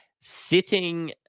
sitting